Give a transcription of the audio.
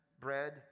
bread